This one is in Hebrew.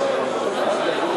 ודאי שבנושא הזה.